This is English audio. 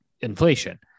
inflation